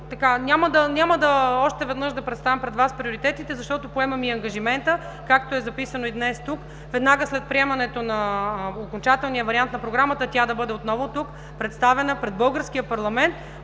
Няма още веднъж да представям пред Вас приоритетите, защото поемам и ангажимента, както е записано и днес тук, веднага след приемането на окончателния вариант на програмата, тя да бъде отново тук, представена пред българския парламент,